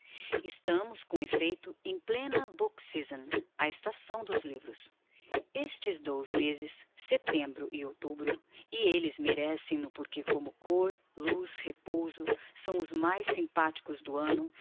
estamos com effeito em plena book season a estação dos livros estes dous mezes setembro e outubro e elles merecem no porque como côr luz repouso são os mais simpathicos do anno